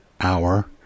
hour